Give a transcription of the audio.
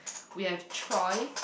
we have Troy